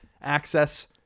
access